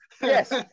Yes